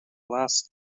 last